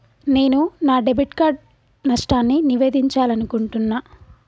నేను నా debit card నష్టాన్ని నివేదించాలనుకుంటున్నా